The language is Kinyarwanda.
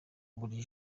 buri